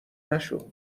نشو